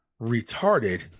retarded